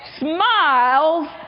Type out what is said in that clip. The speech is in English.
smiles